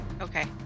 okay